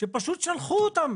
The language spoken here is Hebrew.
שפשוט שלחו אותם